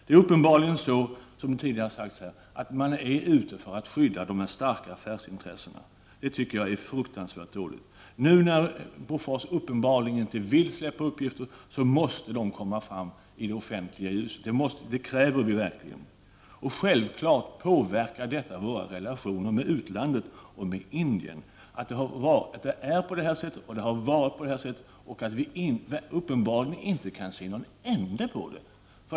Det är uppenbarligen så, som tidigare sagts här, att man är ute för att skydda de starka affärsintressena. Det tycker jag är fruktansvärt dåligt. Nu när Bofors uppenbarligen inte vill släppa ut uppgifterna måste de på annat sätt komma fram i det offentliga ljuset — det kräver vi verkligen. Självfallet påverkar det våra relationer med utlandet och med Indien att det är på det här sättet, att det har varit på det här sättet och att vi uppenbarligen inte kan se någon ände på det.